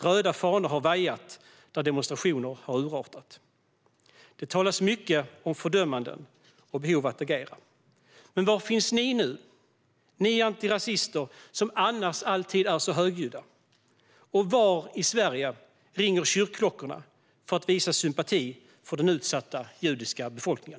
Röda fanor har vajat där demonstrationer har urartat. Det talas mycket om fördömanden och om behov av att agera. Men var finns ni nu, ni antirasister som annars alltid är så högljudda? Och var i Sverige ringer kyrkklockorna för att visa sympati för den utsatta judiska befolkningen?